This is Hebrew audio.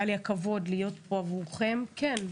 היה לי הכבוד להיות פה עבורכם כן,